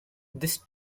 this